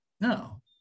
No